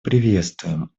приветствуем